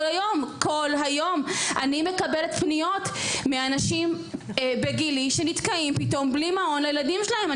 אני מקבלת פניות מאנשים בגילי שנתקעים פתאום בלי מעון לילדים שלהם.